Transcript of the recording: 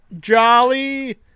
Jolly